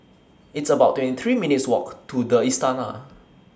It's about twenty three minutes' Walk to The Istana